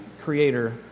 creator